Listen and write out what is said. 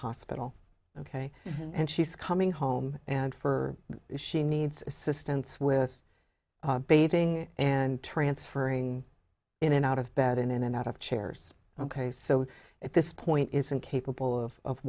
hospital ok and she's coming home and for she needs assistance with bathing and transferring in and out of bed in and out of chairs ok so at this point isn't capable of